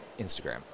Instagram